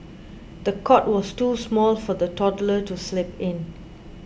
the cot was too small for the toddler to sleep in